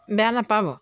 বেয়া নাপাব